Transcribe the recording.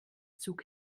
zug